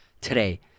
today